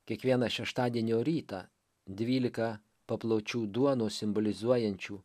kiekvieną šeštadienio rytą dvylika papločių duonos simbolizuojančių